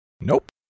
Nope